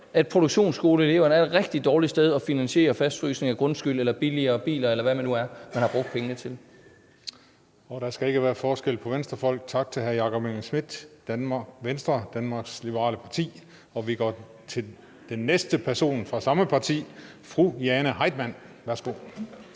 at produktionsskoleelever er rigtig dårlige at bruge til at finansiere en fastfrysning af grundskylden eller billigere biler, eller hvad det nu er, man har brugt pengene til. Kl. 16:59 Tredje næstformand (Christian Juhl): Der skal ikke være forskel på Venstrefolk. Tak til hr. Jakob Engel-Schmidt, Venstre, Danmarks Liberale Parti. Vi går til den næste person fra samme parti, fru Jane Heitmann. Værsgo.